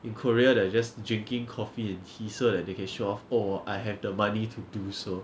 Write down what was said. in korea they're just drinking coffee and tea so that they can show off oh I have the money to do so